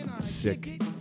sick